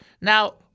now